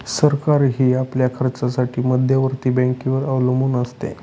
सरकारही आपल्या खर्चासाठी मध्यवर्ती बँकेवर अवलंबून असते